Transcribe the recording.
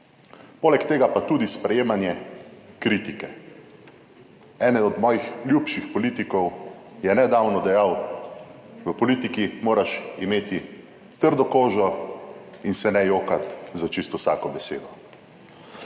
poleg tega pa tudi sprejemanje kritike. Eden od mojih ljubših politikov je nedavno dejal: "V politiki moraš imeti trdo kožo in se ne jokati za čisto vsako besedo."